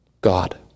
God